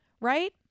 right